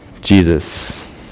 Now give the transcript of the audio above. Jesus